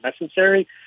necessary